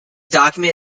document